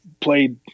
played